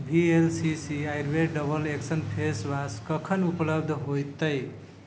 भी L C C आयुर्वेद double action face wash कखन उपलब्ध होयतै